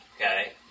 Okay